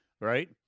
right